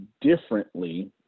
differently